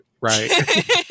right